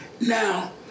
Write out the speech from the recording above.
Now